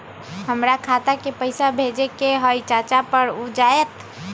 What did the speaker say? हमरा खाता के पईसा भेजेए के हई चाचा पर ऊ जाएत?